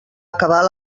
acabar